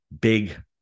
big